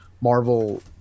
Marvel